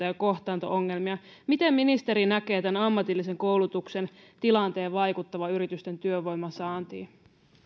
ja kohtaanto ongelmia miten ministeri näkee tämän ammatillisen koulutuksen tilanteen vaikuttavan yritysten työvoimansaantiin